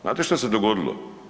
Znate što se dogodilo?